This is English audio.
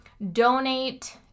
donate